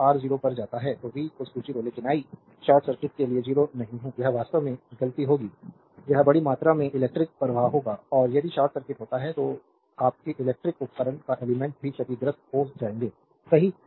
तो R 0 पर जाता है तो v 0 लेकिन आई शॉर्ट सर्किट के लिए 0 नहीं हूं यह वास्तव में गलती होगी यह बड़ी मात्रा में इलेक्ट्रिक प्रवाह करेगा और यदि शॉर्ट सर्किट होता है तो आपके इलेक्ट्रिक उपकरण या एलिमेंट्स भी क्षतिग्रस्त हो जाएंगे सही